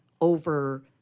over